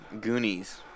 Goonies